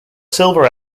silver